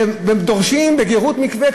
והם דורשים בגרות מקווה,